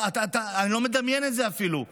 אני לא מדמיין את זה אפילו.